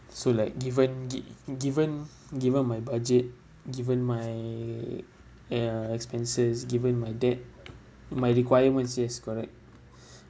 so like given gi~ given given my budget given my ah ya expenses given my dad my requirements yes correct